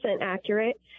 accurate